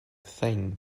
thing